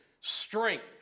strength